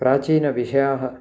प्राचीनविषयाः